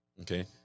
okay